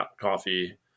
Coffee